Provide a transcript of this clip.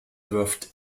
wirft